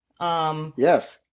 Yes